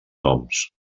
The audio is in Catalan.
noms